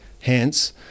Hence